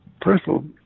personal